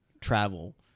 travel